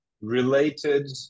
related